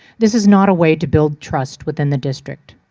this is not a way to build trust within the district.